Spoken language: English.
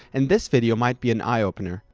and this video might be an eye-opener.